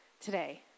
today